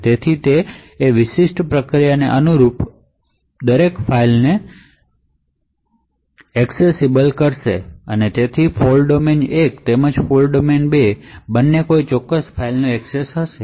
તે પ્રોસેસને અનુરૂપ પરમીશન સાથે ફાઇલ બનાવશે જેથી લાક્ષણિક રીતે ફોલ્ટ ડોમેન 1 તેમજ ફોલ્ટ ડોમેન 2 બંનેને તે ફાઇલની એક્સેસ હશે